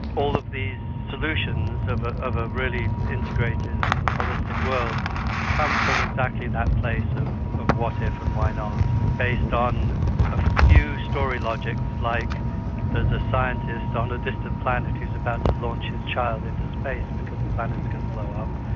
all of these solutions of a of a really integrated and holistic world come from exactly that place and of what if and why not, based on a few story logics, like there's a scientist on a distant planet who is about to launch his child into space because the planet is going to kind of blow up.